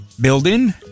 Building